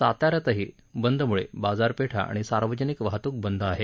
साताऱ्यातही बंदमुळे बाजारपेठा आणि सार्वजनिक वाहतूक बंद आहे